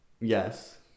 yes